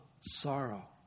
sorrow